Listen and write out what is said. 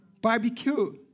barbecue